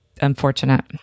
unfortunate